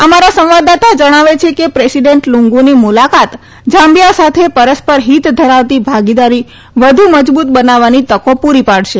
અમારા સંવાદાતા જણાવે છેકે પ્રેસિડેન્ટ લુગુંની મુલાકાત ઝાંબીયા સાથે પરસ્પર હિત ધરાવતી ભાગીદારી વધ્ર મજબૂત બનાવવાની તકો પૂરી પાડશે